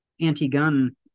anti-gun